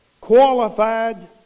qualified